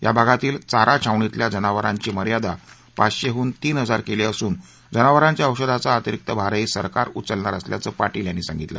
या भागातील चारा छावणीतल्या जनावरांची मर्यादा पाचशेहून तीन हजार केली असून जनावरांच्या औषधांचा अतिरिक्त भारही सरकार उचलणार असल्याचं पाटील यांनी सांगितलं